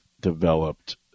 developed